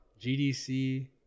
GDC